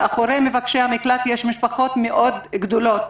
מאחורי מבקשי המקלט יש משפחות גדולות מאוד,